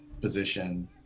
position